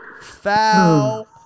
foul